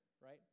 right